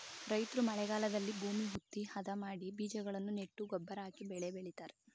ರೈತ್ರು ಮಳೆಗಾಲದಲ್ಲಿ ಭೂಮಿ ಹುತ್ತಿ, ಅದ ಮಾಡಿ ಬೀಜಗಳನ್ನು ನೆಟ್ಟು ಗೊಬ್ಬರ ಹಾಕಿ ಬೆಳೆ ಬೆಳಿತರೆ